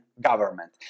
government